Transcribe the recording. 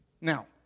Now